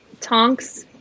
Tonks